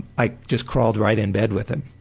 i just crawled right in bed with him,